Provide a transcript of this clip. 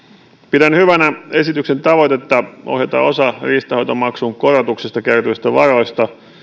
pidän hyvänä esityksen tavoitetta ohjata osa riistanhoitomaksun korotuksista kertyvistä varoista